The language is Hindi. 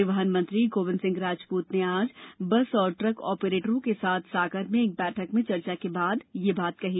परिवहन मंत्री गोविंद राजपूत ने आज बस और ट्रक आपरेटरों के साथ सागर में एक बैठक में चर्चा के बाद यह बात कही